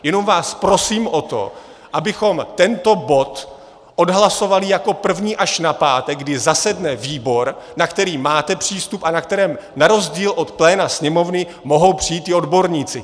Jenom vás prosím o to, abychom tento bod odhlasovali jako první až na pátek, kdy zasedne výbor, na který máte přístup a na který na rozdíl od pléna Sněmovny mohou přijít i odborníci.